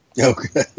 Okay